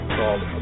called